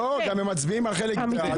על חלק הם מצביעים בעד,